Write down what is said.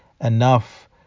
enough